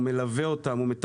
הוא מלווה אותם,